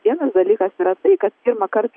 vienas dalykas yra tai kad pirmąkart